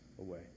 away